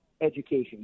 education